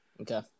Okay